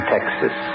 Texas